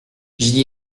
j’y